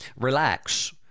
relax